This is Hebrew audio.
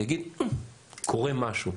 יגיד קורה משהו,